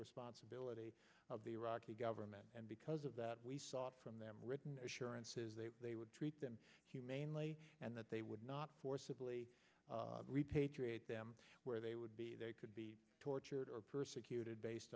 responsibility of the iraqi government and because of that we saw from them written assurances they would treat them humanely and that they would not forcibly repatriate them where they would be they could be tortured or persecuted based